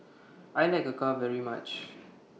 I like Acar very much